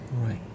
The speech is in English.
Right